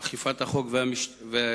אכיפת החוק ובתי-המשפט.